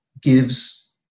gives